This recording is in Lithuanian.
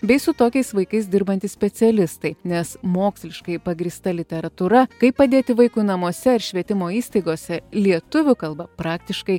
bei su tokiais vaikais dirbantys specialistai nes moksliškai pagrįsta literatūra kaip padėti vaikui namuose ir švietimo įstaigose lietuvių kalba praktiškai